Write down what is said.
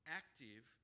active